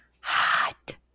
hot